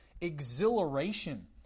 exhilaration